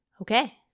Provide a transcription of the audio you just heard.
Okay